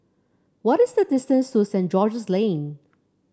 what is the distance to Saint George's Lane